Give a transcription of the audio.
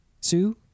Sue